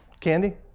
Candy